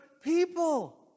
people